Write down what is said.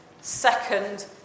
second